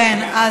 הפתעת אותו.